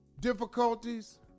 difficulties